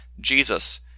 Jesus